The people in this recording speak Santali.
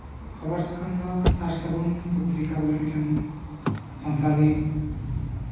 ᱠᱷᱚᱵᱚᱨ ᱥᱟᱠᱟᱢ ᱫᱚ ᱥᱟᱨ ᱥᱟᱹᱜᱩᱱ ᱯᱚᱛᱨᱤᱠᱟ ᱵᱚᱞᱮ ᱥᱟᱱᱛᱟᱞᱤ